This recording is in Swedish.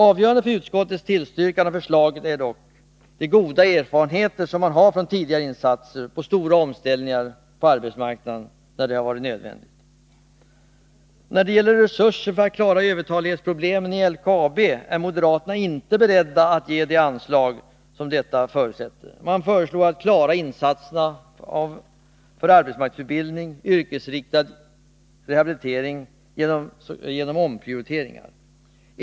Avgörande för utskottets tillstyrkan av förslaget är dock de goda erfarenheter man har från tidigare insatser där stora omställningar på arbetsmarknaden har varit nödvändiga. När det gäller resurser för att klara övertalighetsproblemen inom LKAB är moderaterna inte beredda att ge de anslag som detta förutsätter. Man föreslår att klara insatserna för arbetsmarknadsutbildning, yrkesinriktad rehabilitering m.m. genom omprioriteringar.